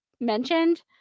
mentioned